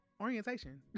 Orientation